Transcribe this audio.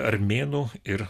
armėnų ir